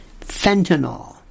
fentanyl